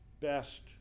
best